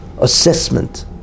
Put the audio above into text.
assessment